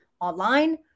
online